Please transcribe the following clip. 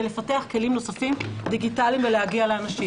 לפתח כלים נוספים דיגיטליים ולהגיע לאנשים.